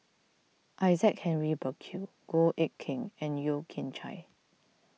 Isaac Henry Burkill Goh Eck Kheng and Yeo Kian Chye